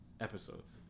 episodes